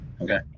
Okay